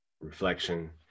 reflection